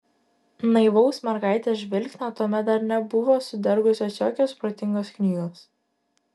naivaus mergaitės žvilgsnio tuomet dar nebuvo sudergusios jokios protingos knygos